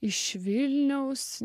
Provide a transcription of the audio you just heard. iš vilniaus